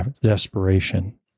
desperation